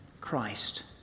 Christ